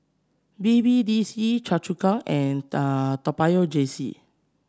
B B D C and J C